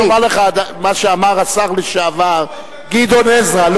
אני רק רוצה לומר לך מה שאמר השר לשעבר גדעון עזרא,